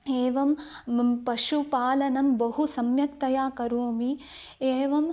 एवं पशुपालनं बहु सम्यक्तया करोमि एवम्